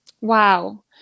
Wow